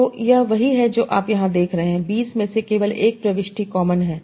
तो यह वही है जो आप यहां देख रहे हैं 20 में से केवल 1 प्रविष्टि कॉमन है